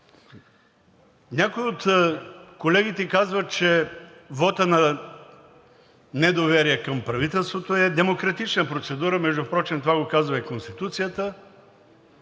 Някои от колегите казват, че вотът на недоверие към правителството е демократична процедура, между другото, това го казва и Конституцията.